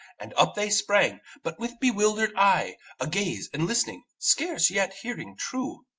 and up they sprang but with bewildered eye, agaze and listening, scarce yet hearing true.